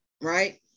right